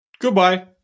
Goodbye